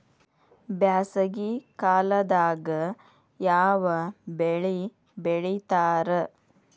ಬ್ಯಾಸಗಿ ಕಾಲದಾಗ ಯಾವ ಬೆಳಿ ಬೆಳಿತಾರ?